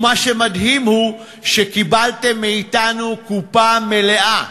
ומה שמדהים הוא שקיבלתם מאתנו קופה מלאה,